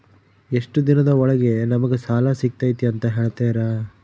ಎಷ್ಟು ದಿನದ ಒಳಗೆ ನಮಗೆ ಸಾಲ ಸಿಗ್ತೈತೆ ಅಂತ ಹೇಳ್ತೇರಾ?